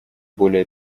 более